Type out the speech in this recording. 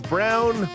Brown